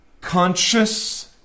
conscious